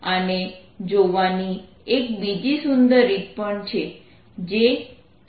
આને જોવાની એક બીજી સુંદર રીત પણ છે જે આ છે